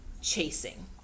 chasing